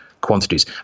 quantities